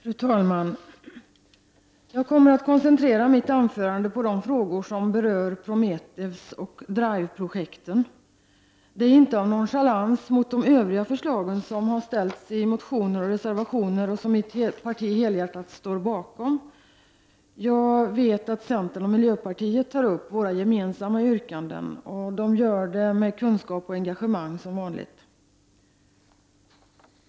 Fru talman! Jag kommer att koncentrera mitt anförande på de frågor som berör Prometheusoch Drive-projekten. Det är inte av nonchalans mot de Övriga förslag som ställts i motioner och reservationer och som mitt parti helhjärtat står bakom. Jag vet att centern och miljöpartiet tar upp våra gemensamma yrkanden och gör det med kunskap och engagemang — som vanligt.